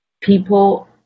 people